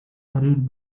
hurried